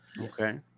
okay